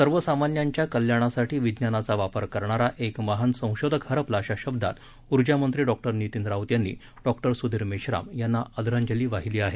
सर्वसामान्यांच्या कल्याणासाठी विज्ञानाचा वापर करणारा एक महान संशोधक हरपला अशा शब्दात उर्जामंत्री डॉ नितीन राऊत यांनी डॉ स्धीर मेश्राम यांना आदरांजली वाहिली आहे